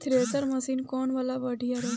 Thresher machine कौन वाला बढ़िया रही?